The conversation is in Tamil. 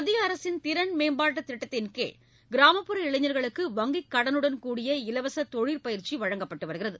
மத்திய அரசின் திறன் மேம்பாட்டுத் திட்டத்தின்கீழ் கிராமப்புற இளைஞர்களுக்கு வங்கிக் கடனுடன் கூடிய இலவச தொழிற்பயிற்சி வழங்கப்பட்டு வருகிறது